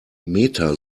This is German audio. meta